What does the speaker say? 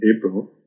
April